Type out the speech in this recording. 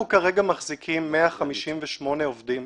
אנחנו כרגע מחזיקים 158 עובדים.